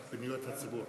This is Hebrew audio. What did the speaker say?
בוועדה לפניות הציבור.